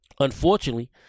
Unfortunately